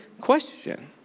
question